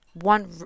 one